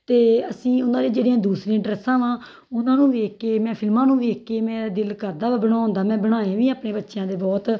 ਅਤੇ ਅਸੀਂ ਉਹਨਾਂ ਦੀਆਂ ਜਿਹੜੀਆਂ ਦੂਸਰੀਆਂ ਡਰੈੱਸਾਂ ਵਾ ਉਹਨਾਂ ਨੂੰ ਵੇਖ ਕੇ ਮੈਂ ਫਿਲਮਾਂ ਨੂੰ ਵੇਖ ਕੇ ਮੇਰਾ ਦਿਲ ਕਰਦਾ ਵਾ ਬਣਾਉਣ ਦਾ ਮੈਂ ਬਣਾਏ ਵੀ ਆਪਣੇ ਬੱਚਿਆਂ ਦੇ ਬਹੁਤ